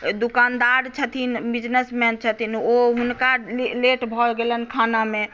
दूकानदार छथिन businessman छथिन ओ हुनका लेट भऽ गेलनि खानामे